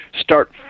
start